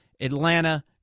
Atlanta